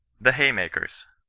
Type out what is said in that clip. the haymakers.